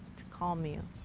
to calm you,